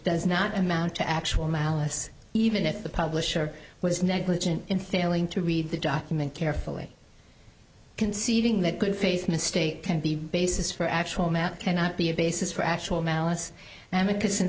does not amount to actual malice even if the publisher was negligent in failing to read the document carefully conceding that could face a mistake can be basis for actual math cannot be a basis for actual malice and